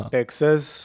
Texas